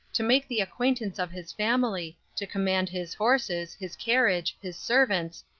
to make the acquaintance of his family, to command his horses, his carriage, his servants,